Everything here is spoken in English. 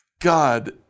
God